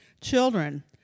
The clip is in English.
Children